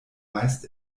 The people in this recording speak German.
meist